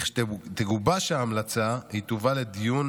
לכשתגובש ההמלצה, היא תובא לדיון